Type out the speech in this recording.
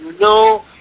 no